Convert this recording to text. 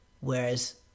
Whereas